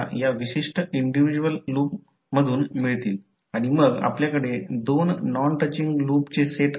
येथे M हे mutual inductance आहे आणि हे M di1dt लिहिले पाहिजे कारण करंट i1 आहे आणि यामध्ये तयार झालेले म्युच्युअल व्होल्टेज M di1dt हे म्युच्युअल इंडक्टन्स आहे